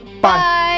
Bye